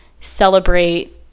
celebrate